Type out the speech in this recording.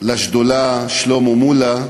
לשדולה שלמה מולה,